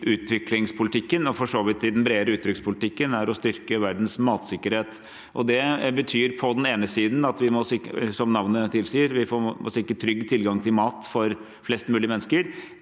utviklingspolitikken, og for så vidt i den bredere utenrikspolitikken, er å styrke verdens matsikkerhet. Det betyr på den ene siden, som navnet tilsier, at vi må sikre trygg tilgang til mat for flest mulig mennesker.